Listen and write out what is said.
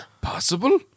possible